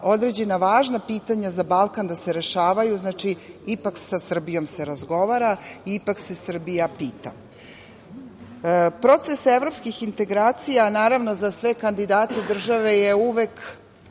određena važna pitanja za Balkan da se rešavaju ipak se sa Srbijom razgovara, ipak se Srbija pita. Proces evropskih integracija naravno za sve kandidate države je uvek